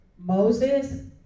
Moses